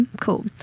cool